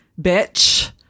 bitch